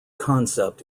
concept